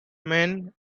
man